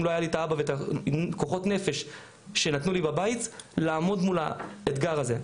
היה לי את האבא ואת כוחות הנפש שנתנו לי בבית לעמוד מול האתגר הזה.